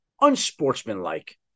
unsportsmanlike